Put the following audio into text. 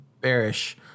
bearish